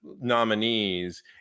nominees